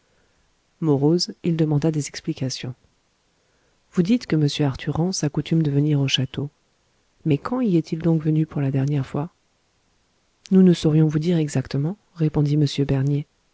morose il demanda des explications vous dites que m arthur rance a coutume de venir au château mais quand y est-il donc venu pour la dernière fois nous ne saurions vous dire exactement répondit m bernier